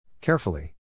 Carefully